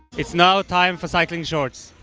it's now time for cycling shorts.